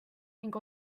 ning